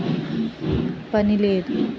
పని లేదు